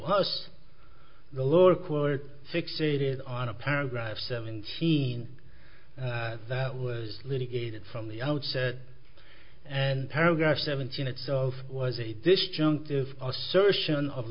us the lower court fixated on a paragraph seventeen that was litigated from the outset and paragraph seventeen itself was a disjun